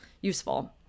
useful